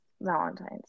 Valentine's